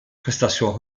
prestations